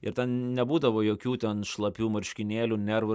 ir ten nebūdavo jokių ten šlapių marškinėlių nervų